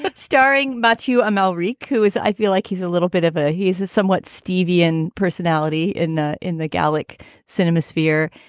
but starring matthew amalric, who is i feel like he's a little bit of a he's a somewhat stevey in personality in the in the gallic cinema sphere.